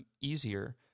easier